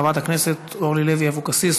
של חברת הכנסת אורלי לוי אבקסיס,